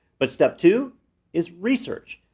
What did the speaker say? but step two is research.